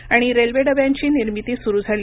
आणि रेल्वे डब्यांची निर्मिती सुरू झाली